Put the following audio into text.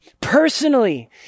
personally